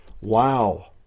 Wow